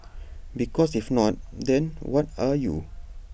because if not then what are you